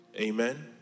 Amen